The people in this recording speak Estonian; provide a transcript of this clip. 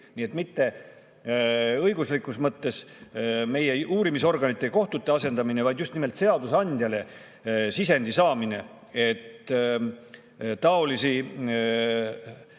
ei ole] mitte õiguslikus mõttes meie uurimisorganite ja kohtute asendamiseks, vaid just nimelt seadusandjale sisendi saamiseks, et taolisi